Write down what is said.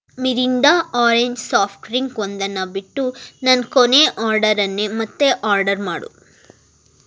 Mirinda orange soft drink ಒಂದನ್ನು ಬಿಟ್ಟು ನನ್ನ ಕೊನೆಯ ಆರ್ಡರನ್ನೇ ಮತ್ತೆ ಆರ್ಡರ್ ಮಾಡು